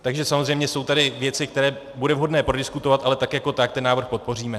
Takže samozřejmě jsou tady věci, které bude vhodné prodiskutovat, ale tak jako tak ten návrh podpoříme.